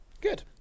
Good